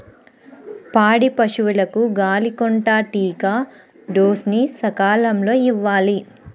పాడి పశువులకు గాలికొంటా టీకా డోస్ ని సకాలంలో ఇవ్వాలి